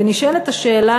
ונשאלת השאלה,